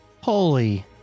Holy